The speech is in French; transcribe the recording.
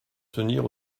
tenir